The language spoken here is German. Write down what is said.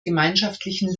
gemeinschaftlichen